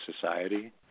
society